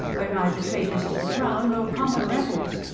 we're neither traitors to the crown, nor common rebels.